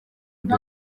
ndi